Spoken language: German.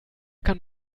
kann